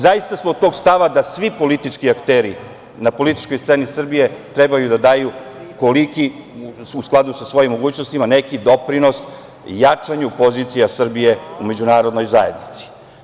Zaista smo tog stava da svi politički akteri na političkoj sceni Srbije trebaju da daju, u skladu sa svojim mogućnostima, neki doprinos jačanju pozicija Srbije u Međunarodnoj zajednici.